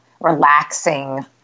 relaxing